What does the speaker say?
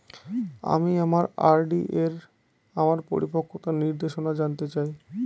আমি আমার আর.ডি এর আমার পরিপক্কতার নির্দেশনা জানতে চাই